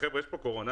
חבר'ה, יש פה קורונה.